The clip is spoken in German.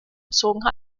bezogen